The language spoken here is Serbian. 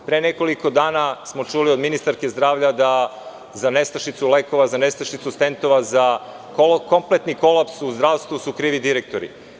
Pre nekoliko dana smo čuli od ministarke zdravlja da su za nestašicu lekova, za nestašicu stentova, za kompletni kolaps u zdravstvu krivi direktori.